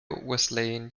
wesleyan